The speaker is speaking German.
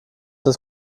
des